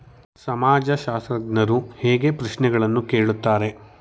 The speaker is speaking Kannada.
ಸಮಾಜಶಾಸ್ತ್ರಜ್ಞರು ಹೇಗೆ ಪ್ರಶ್ನೆಗಳನ್ನು ಕೇಳುತ್ತಾರೆ?